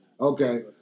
Okay